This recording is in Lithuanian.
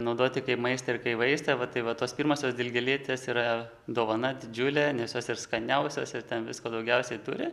naudoti kaip maistą ir kaip vaistą va tai va tos pirmosios dilgėlytės yra dovana didžiulė nes jos ir skaniausios ir ten visko daugiausiai turi